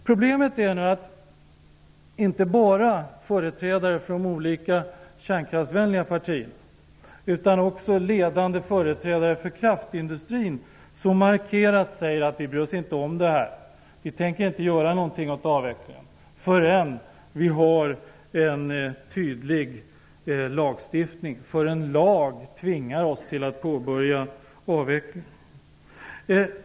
Problemet är att inte bara företrädare för de olika kärnkraftsvänliga partierna utan också ledande företrädare för kraftindustrin så markerat säger att de inte bryr sig om och inte tänker göra något åt avvecklingen förrän det finns en tydlig lagstiftning. De menar att en lag tvingar dem att påbörja avvecklingen.